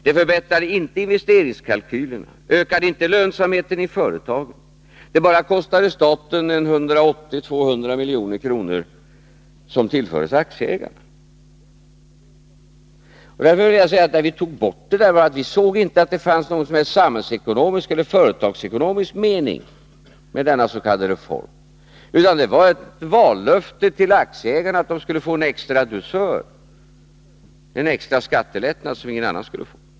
Det förbättrade inte investeringskalkylerna, ökade inte lönsamheten i företagen. Det bara kostade staten 180-200 milj.kr., som tillfördes aktieägarna. Vi tog bort detta därför att vi inte såg någon som helst samhällsekonomisk eller företagsekonomisk mening med denna s.k. reform. Det var ett vallöfte till aktieägarna att de skulle få en extra dusör, en extra skattelättnad som ingen «annan skulle få.